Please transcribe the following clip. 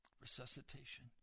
resuscitation